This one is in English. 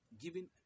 given